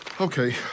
Okay